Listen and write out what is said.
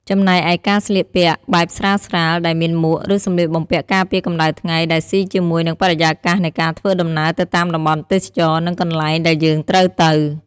ចំណែកឯការស្លៀកពាក់បែបស្រាលៗដែលមានមួក ឬសម្លៀកបំពាក់ការពារកំដៅថ្ងៃដែលសុីជាមួយនិងបរិយាកាសនៃការធ្វើដំណើរទៅតាមតំបន់ទេសចរនិងទីកន្លែងដែលយើងត្រូវទៅ។